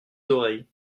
oreilles